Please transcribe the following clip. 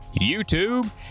YouTube